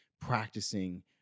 practicing